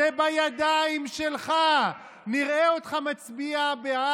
לא כמוך, שהאחים המוסלמים, אתה בחרת